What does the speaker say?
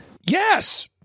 Yes